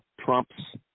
Trump's